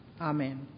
Amen